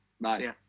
bye